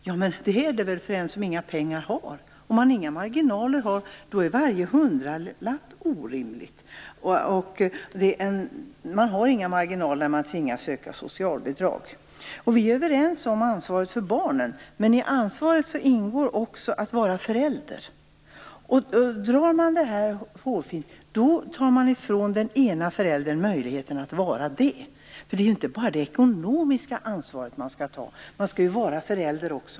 Ja, men det är det väl för den som inga pengar har! Om man inga marginaler har, är varje hundralapp orimlig. Man har inga marginaler när man tvingas att söka socialbidrag. Vi är överens när det gäller ansvaret för barnen. Men i ansvaret ingår också att vara förälder. Om man drar detta hårfint, fråntas den ena föräldern möjligheten att vara förälder. En förälder skall ju inte bara ta det ekonomiska ansvaret utan skall ju också vara förälder.